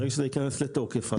ברגע שזה ייכנס לתוקף.